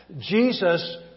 Jesus